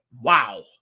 wow